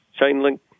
chain-link